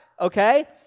okay